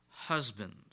husband